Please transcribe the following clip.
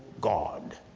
God